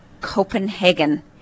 Copenhagen